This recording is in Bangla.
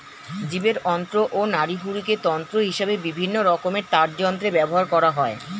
জীবের অন্ত্র ও নাড়িভুঁড়িকে তন্তু হিসেবে বিভিন্ন রকমের তারযন্ত্রে ব্যবহার করা হয়